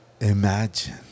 Imagine